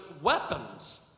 weapons